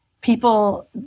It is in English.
people